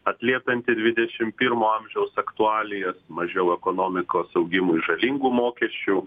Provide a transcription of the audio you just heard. atliepianti dvidešim pirmo amžiaus aktualijas mažiau ekonomikos augimui žalingų mokesčių